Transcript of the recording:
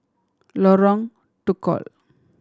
Lorong Tukol